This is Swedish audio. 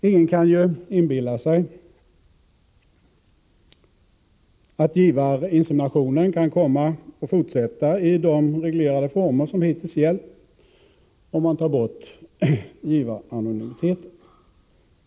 Ingen skall inbilla sig att givarinseminationen kan komma att fortsätta i de reglerade former som hittills gällt om man tar bort givaranonymiteten.